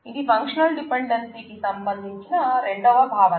ఇది functional dependency కి సంబంధించిన రెండవ భావన